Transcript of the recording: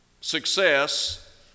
success